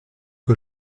que